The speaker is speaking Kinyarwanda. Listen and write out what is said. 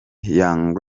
young